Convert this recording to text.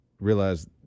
realize